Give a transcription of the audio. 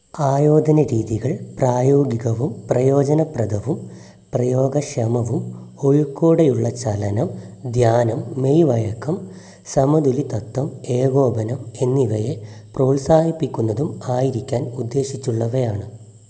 ആയോധനരീതികള് പ്രായോഗികവും പ്രയോജന പ്രദവും പ്രയോഗക്ഷമവും ഒഴുക്കോടെയുള്ള ചലനം ധ്യാനം മെയ് വഴക്കം സമതുലിതത്വം ഏകോപനം എന്നിവയെ പ്രോത്സാഹിപ്പിക്കുന്നതും ആയിരിക്കാന് ഉദ്ദേശിച്ചുള്ളവയാണ്